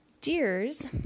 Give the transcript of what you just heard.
deers